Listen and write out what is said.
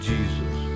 Jesus